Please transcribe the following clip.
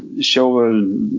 show